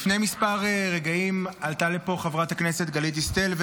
לפני כמה רגעים עלתה לפה חברת הכנסת גלית דיסטל,